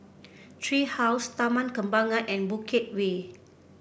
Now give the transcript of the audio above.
Tree House Taman Kembangan and Bukit Way